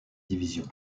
division